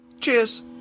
cheers